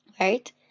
Right